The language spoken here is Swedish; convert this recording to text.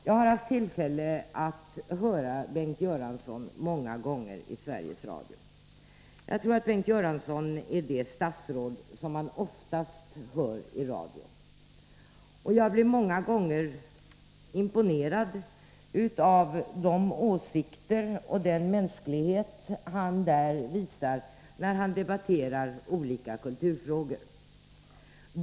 Jag har haft många tillfällen att höra Bengt Göransson tala i radio — jag tror att Bengt Göransson är det statsråd som oftast framträder där. Jag har då många gånger blivit imponerad av de åsikter han framför och den mänsklighet han visar när han debatterar olika kulturfrågor.